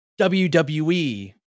WWE